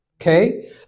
Okay